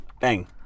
bang